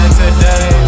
today